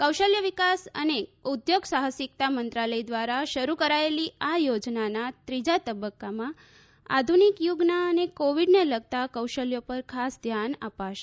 કૌશલ્ય વિકાસ અને ઉદ્યોગ સાહસિકતા મંત્રાલય દ્વારા શરૂ કરાયેલી આ યોજનાના ત્રીજા તબક્કામાં આધુનિક યુગનાં અને કોવિડને લગતાં કૌશલ્યો પર ખાસ ધ્યાન અપાશે